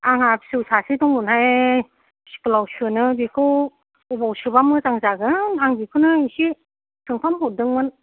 आंहा फिसौ सासे दंमोनहाय स्कुल आव सोनो बेखौ बबेयाव सोबा मोजां जागोन आं बेखौनो एसे सोंफामहरदोंमोन